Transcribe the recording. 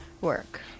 work